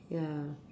ya